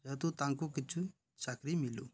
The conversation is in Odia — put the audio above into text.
କିନ୍ତୁ ତାଙ୍କୁ କିଛି ଚାକିରୀ ମିଳୁ